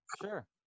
Sure